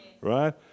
Right